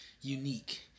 unique